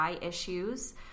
issues